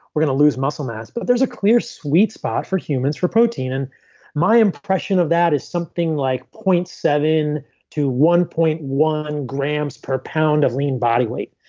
we're going to lose muscle mass. but there's a clear sweet spot for humans for protein. and my impression of that is something like point seven to one point one grams per pound of lean body weight.